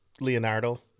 Leonardo